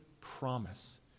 promise